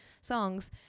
songs